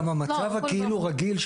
גם המצב הכאילו רגיל,